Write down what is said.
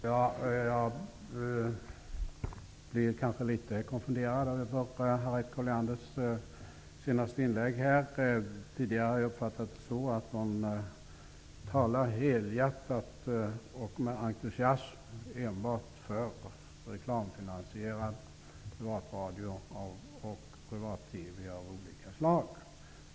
Herr talman! Jag blev kanske något konfunderad över Harriet Collianders senaste inlägg. Jag har tidigare uppfattat det som att hon talat helhjärtat och med entusiasm enbart för reklamfinansierad privatradio och privat-TV av olika slag.